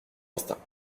instinct